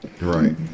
Right